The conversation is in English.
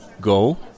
Go